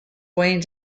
weighing